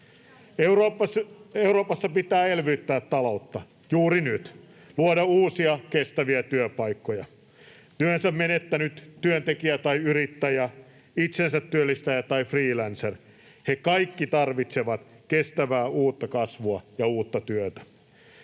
Euroopassa pitää elvyttää taloutta juuri nyt, luoda uusia kestäviä työpaikkoja. Työnsä menettänyt työntekijä tai yrittäjä, itsensä työllistäjä tai freelancer — he kaikki tarvitsevat kestävää uutta kasvua ja uutta työtä.